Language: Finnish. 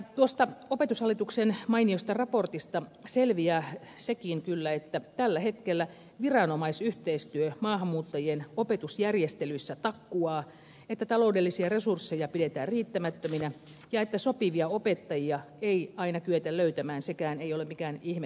tuosta opetushallituksen mainiosta raportista selviää kyllä sekin että tällä hetkellä viranomaisyhteistyö maahanmuuttajien opetusjärjestelyissä takkuaa että taloudellisia resursseja pidetään riittämättöminä ja että sopivia opettajia ei aina kyetä löytämään sekään ei ole mikään ihme tietenkään